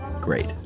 Great